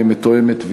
מתואמת,